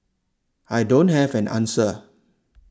I don't have an answer